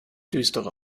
düstere